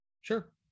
Sure